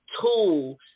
tool